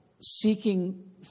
seeking